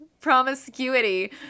promiscuity